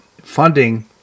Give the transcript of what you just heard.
funding